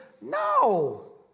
no